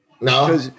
no